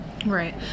Right